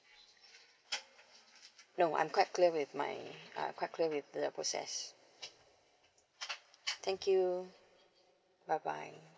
no I'm quite clear with my uh I'm quite clear the process thank you bye bye